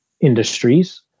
industries